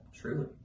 Truly